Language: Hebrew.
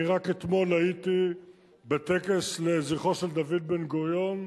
רק אתמול הייתי בטקס לזכרו של דוד בן-גוריון.